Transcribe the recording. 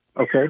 okay